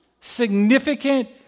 significant